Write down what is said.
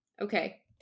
Okay